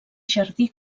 jardí